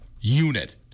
unit